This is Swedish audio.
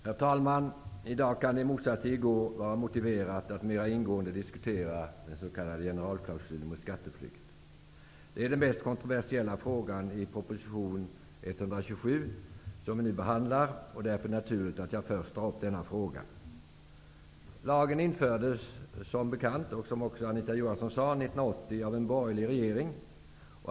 Herr talman! I dag kan det i motsats till i går vara motiverat att mera ingående diskutera den s.k. generalklausulen mot skatteflykt. Det är den mest kontroversiella frågan i proposition 127, som vi nu behandlar. Därför är det naturligt att jag först tar upp denna fråga. Lagen infördes som bekant -- och som också Anita Johansson sade -- 1980 av en borgerlig regering.